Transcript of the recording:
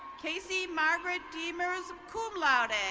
casey margaret demerst, cum laude.